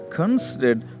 considered